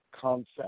concept